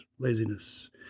laziness